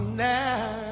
now